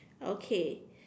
okay